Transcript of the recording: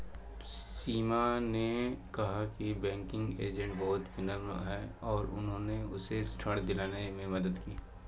सीमा ने कहा कि बैंकिंग एजेंट बहुत विनम्र हैं और उन्होंने उसे ऋण दिलाने में मदद की